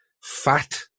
Fat